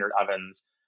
ovens